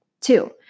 Two